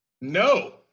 No